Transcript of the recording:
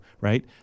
right